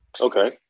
Okay